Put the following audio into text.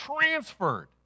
transferred